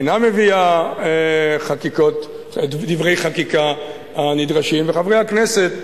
אינה מביאה דברי החקיקה הנדרשים וחברי הכנסת